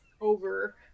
over